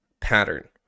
Pattern